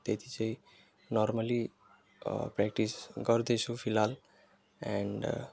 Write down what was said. त्यति चाहिँ normally practice गर्दैछु फिलहाल एन्ड